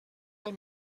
del